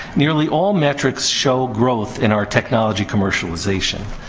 nearly all metrics show growth in our technology commercialization.